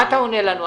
מה אתה עונה לנו?